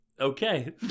okay